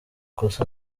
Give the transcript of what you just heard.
kosa